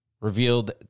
revealed